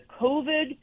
COVID